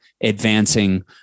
advancing